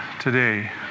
today